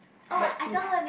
Webtoon